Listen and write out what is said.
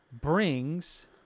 brings